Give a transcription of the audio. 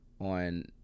on